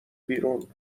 بیرون